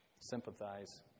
sympathize